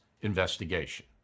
investigation